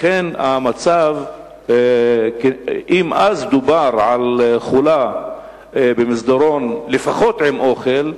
לכן אם אז דובר על חולה במסדרון, לפחות עם אוכל,